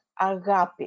agape